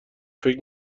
فکر